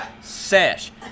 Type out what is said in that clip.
sesh